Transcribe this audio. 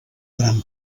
gran